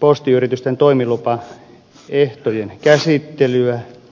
postiyritysten toimilupaehtojen käsittelyä